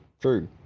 true